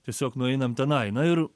tiesiog nueinam tenai na ir